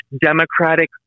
Democratic